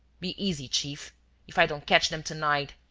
be easy, chief if i don't catch them to-night,